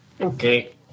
Okay